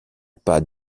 pas